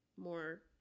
more